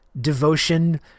devotion